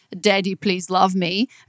daddy-please-love-me